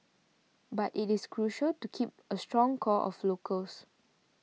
but it is crucial to keep a strong core of locals